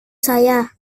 saya